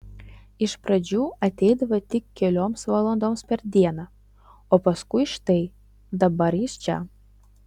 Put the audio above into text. iš pradžių ateidavo tik kelioms valandoms per dieną o paskui štai dabar jis čia